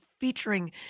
featuring